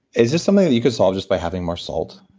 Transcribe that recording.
is this something that you could solve just by having more salt?